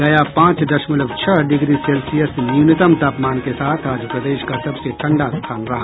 गया पांच दशमलव छह डिग्री सेल्सियस न्यूनतम तापमान के साथ आज प्रदेश का सबसे ठंडा स्थान रहा